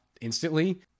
instantly